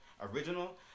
original